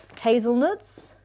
Hazelnuts